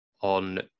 on